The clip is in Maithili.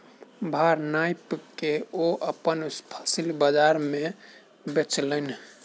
भार नाइप के ओ अपन फसिल बजार में बेचलैन